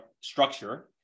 structure